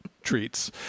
treats